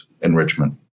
enrichment